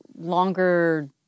longer